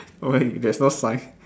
!oi! there's no sign